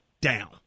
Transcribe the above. down